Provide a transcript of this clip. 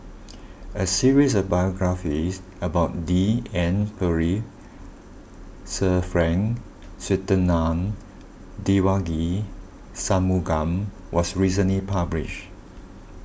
a series of biographies about D N Pritt Sir Frank Swettenham Devagi Sanmugam was recently published